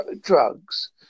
drugs